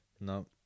no